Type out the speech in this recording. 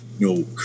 no